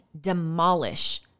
demolish